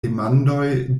demandoj